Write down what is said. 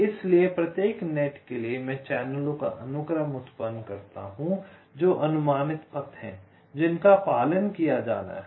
इसलिए प्रत्येक नेट के लिए मैं चैनलों का अनुक्रम उत्पन्न करता हूं जो अनुमानित पथ हैं जिनका पालन किया जाना है